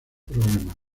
problemas